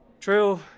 True